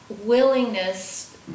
willingness